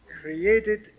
created